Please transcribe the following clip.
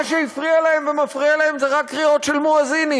מה שהפריע להם ומפריע להם זה רק קריאות של מואזינים.